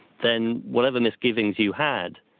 then whatever misgivings you had,